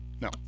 No